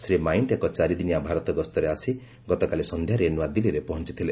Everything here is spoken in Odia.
ଶ୍ରୀ ମାଇଣ୍ଟ ଏକ ଚାରି ଦିନିଆ ଭାରତ ଗସ୍ତରେ ଆସି ଗତକାଲି ସନ୍ଧ୍ୟାରେ ନୂଆଦିଲ୍ଲୀରେ ପହଞ୍ଚିଥିଲେ